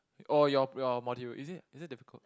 or your your module is it is it difficult